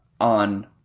on